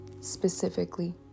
specifically